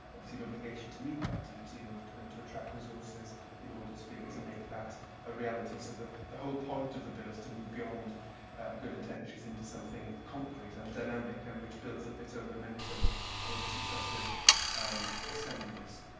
obviously, an obligation to meet that duty and and to attract resources in order to be able to make that a reality. so, the the whole point of the bill is to move beyond good intentions into something concrete and dynamic, and which builds up its own momentum over successive um assemblies.